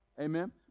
Amen